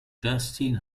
justin